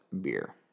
beer